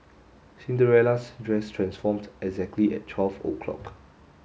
Cinderella's dress transformed exactly at twelve o'clock